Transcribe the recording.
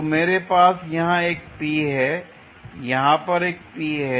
तो मेरे पास यहाँ एक P है और यहाँ पर एक P है